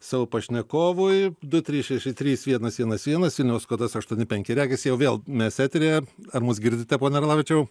savo pašnekovui du trys šeši trys vienas vienas vienas vilniaus kodas aštuoni penki regis jau vėl mes eteryje ar mus girdite pone orlavičiau